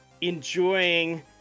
enjoying